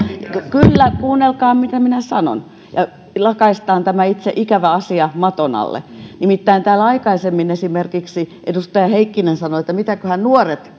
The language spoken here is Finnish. kyllä kuunnelkaa mitä minä sanon ja lakaistaan itse tämä ikävä asia maton alle nimittäin kun täällä aikaisemmin esimerkiksi edustaja heikkinen sanoi että mitäköhän nuoret